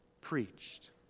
preached